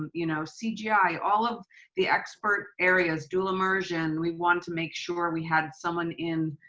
you know, cgi, all of the expert areas, dual immersion. we want to make sure we had someone in,